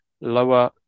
lower